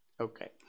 Okay